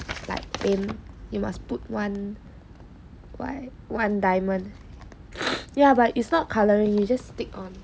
like paint you must put one one diamond ya but is not colouring you just stick on